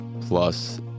plus